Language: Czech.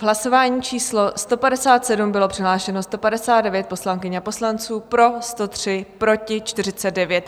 V hlasování číslo 157 bylo přihlášeno 159 poslankyň a poslanců, pro 103, proti 49.